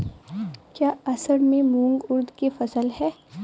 क्या असड़ में मूंग उर्द कि फसल है?